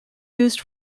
used